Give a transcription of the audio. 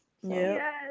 yes